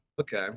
Okay